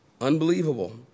Unbelievable